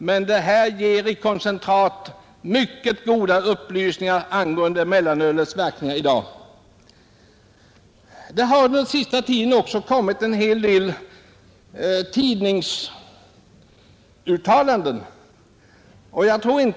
Men den här blå boken ger i koncentrat mycket goda upplysningar om mellanölets verkningar i dag. Under senare tid har det också förekommit en hel del tidningsuttalanden i frågan.